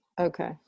okay